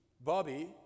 Bobby